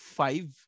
five